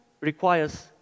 requires